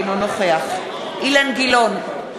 אינו נוכח אילן גילאון,